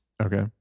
Okay